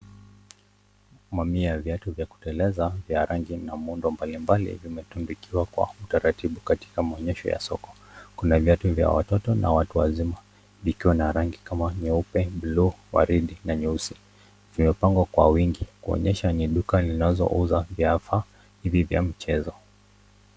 Mamia ya viatu vya kuteleza vya rangi na muundo mbalimbali vimetundukiwa kwa utaratibu katika mwonyesho wa soko, kuna viatu vya watoto na watu wazima vikiwa na rangi kama nyeupe, buluu waridi na nyeusi. Vimepangwa kwa wingi kuonyesha ni duka linalouza vifaa hivi vya mchezo.